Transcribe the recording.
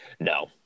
No